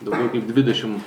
daugiau kaip dvidešim